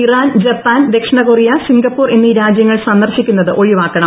Iran Japan ദക്ഷിണ Korea Singapore എന്നീ രാജ്യങ്ങൾ സന്ദർശിക്കുന്നത് ഒഴിവാക്കണം